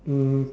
um